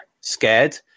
scared